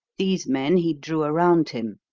these men he drew around him.